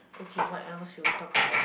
okay what else should we talk about